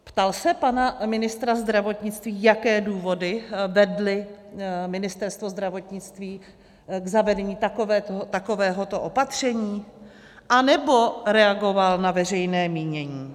Ptal se pana ministra zdravotnictví, jaké důvody vedly Ministerstvo zdravotnictví k zavedení takovéhoto opatření, anebo reagoval na veřejné mínění?